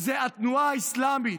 זה התנועה האסלאמית.